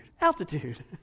altitude